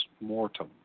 mortem